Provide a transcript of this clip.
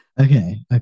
okay